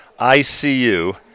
ICU